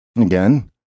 Again